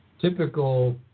Typical